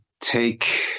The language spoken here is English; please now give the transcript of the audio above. take